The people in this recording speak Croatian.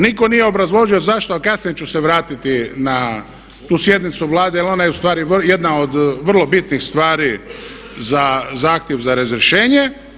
Nitko nije obrazložio zašto, ali kasnije ću se vratiti na tu sjednicu Vlade, jer ona je u stvari jedna od vrlo bitnih stvari za zahtjev za razrješenje.